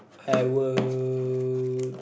I will